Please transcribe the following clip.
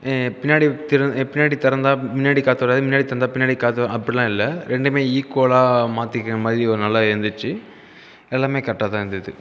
பின்னாடி திற பின்னாடி திறந்தா முன்னாடி காற்று வராது முன்னாடி திறந்தா பின்னாடி காற்று வராது அப்படிலாம் இல்லை ரெண்டுமே ஈக்குவலாக மாத்திக்கிற மாதிரி நல்லா இருந்துச்சு எல்லாமே கரெக்ட்டாதான் இருந்தது